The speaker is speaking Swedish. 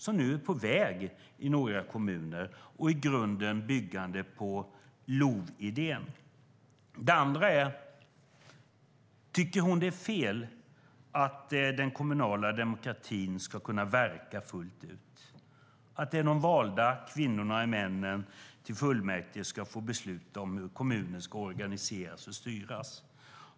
Den är på väg i några kommuner och bygger i grunden på LOV-idén. Tycker ministern att det är fel att den kommunala demokratin ska kunna verka fullt ut, att de valda kvinnorna och männen i fullmäktige ska få besluta om hur kommunen ska organiseras och styras?